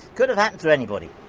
could have happened to anybody.